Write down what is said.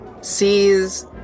sees